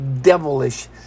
devilish